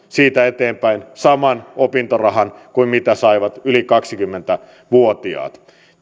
siitä eteenpäin saman opintorahan kuin mitä saivat yli kaksikymmentä vuotiaat